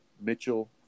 Mitchell